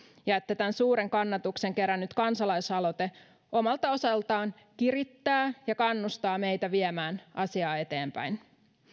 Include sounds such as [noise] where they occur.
ja että tämä suuren kannatuksen kerännyt kansalaisaloite omalta osaltaan kirittää ja kannustaa meitä viemään asiaa eteenpäin [unintelligible]